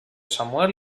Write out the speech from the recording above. samuel